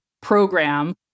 program